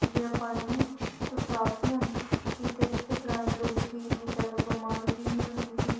जेह्ड़ा पानी ऐ ओह् साफ गै औंदा ऐ ते एह्दे आस्तै ग्रांऽ दे लोग जेह्ड़े इन्ने जैदा बमार बी निं होंदे क्योंकि